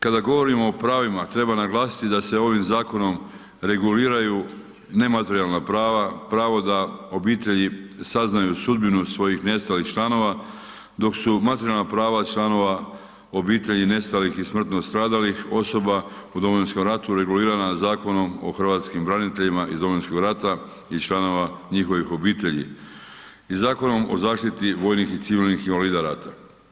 Kada govorimo o pravima, treba naglasiti da se ovim zakonom reguliraju nematerijalna prava, pravo da obitelji saznaju sudbinu svojih nestalih članova dok su materijalna prava članova obitelji nestalih i smrtno stradalih osoba u Domovinskom ratu regulirana Zakonom o hrvatskim braniteljima iz Domovinskog rata i članova njihovih obitelji i Zakonom o zaštiti vojnih i civilnih invalida rata.